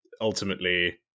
ultimately